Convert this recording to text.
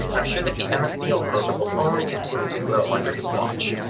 and i'm sure that the mspl program will only continue to grow under his watch.